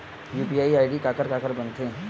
UPI ID काखर काखर बनथे?